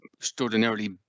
extraordinarily